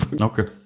Okay